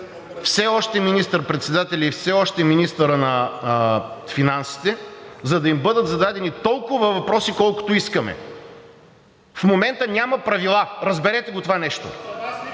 все още министър-председателя и все още министъра на финансите, за да им бъдат зададени толкова въпроси, колкото искаме. В момента няма правила. Разберете го това нещо!